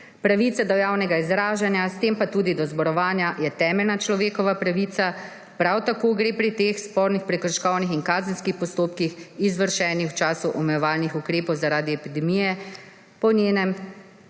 pravica do javnega izražanja, s tem pa tudi do zborovanja, je temeljna človekova pravica, prav tako gre pri teh spornih prekrškovnih in kazenskih postopkih, izvršenih v času omejevalnih ukrepov zaradi epidemije, po njenem